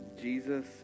Jesus